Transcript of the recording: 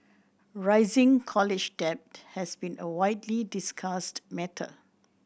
rising college debt has been a widely discussed matter